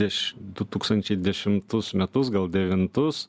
iš du tūkstančiai dešimtus metus gal devintus